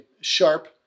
sharp